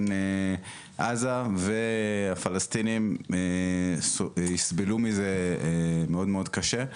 עזה והפלסטינים יסבלו מזה מאוד מאוד קשה.